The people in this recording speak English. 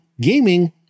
gaming